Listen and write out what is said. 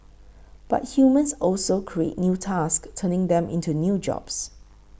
but humans also create new tasks turning them into new jobs